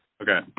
Okay